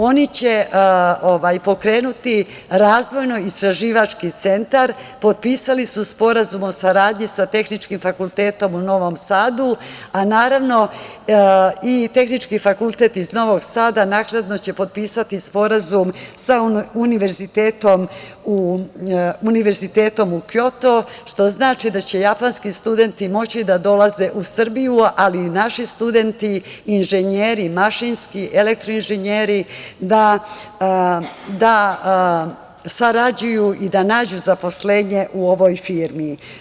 Oni će pokrenuti razvojno-istraživački centar, potpisali su sporazum o saradnji sa Tehničkim fakultetom u Novom Sadu, a Tehnički fakultet iz Novog Sada naknadno će potpisati sporazum sa Univerzitetom Kjoto, što znači da će japanski studenti moći da dolaze u Srbiju, ali i naši studenti, inženjeri, mašinski i elektroinženjeri, da sarađuju i da nađu zaposlenje u ovoj firmi.